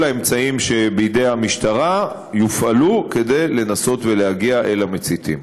כל האמצעים שבידי המשטרה יופעלו כדי לנסות ולהגיע אל המציתים.